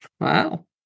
Wow